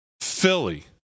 Philly